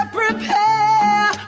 prepare